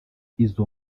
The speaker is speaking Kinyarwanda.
izo